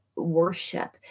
worship